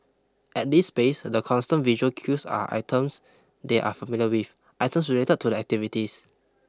at this space the constant visual cues are items they are familiar with items related to the activities